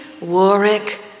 Warwick